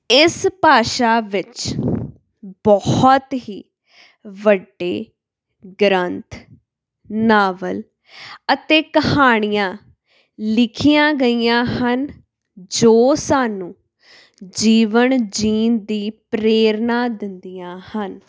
ਇਸ ਭਾਸ਼ਾ ਵਿੱਚ ਬਹੁਤ ਹੀ ਵੱਡੇ ਗ੍ਰੰਥ ਨਾਵਲ ਅਤੇ ਕਹਾਣੀਆਂ ਲਿਖੀਆਂ ਗਈਆਂ ਹਨ ਜੋ ਸਾਨੂੰ ਜੀਵਨ ਜੀਣ ਦੀ ਪ੍ਰੇਰਨਾ ਦਿੰਦੀਆਂ ਹਨ